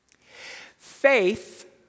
Faith